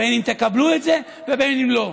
בין שתקבלו את זה ובין שלא,